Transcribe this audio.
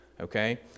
okay